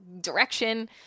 direction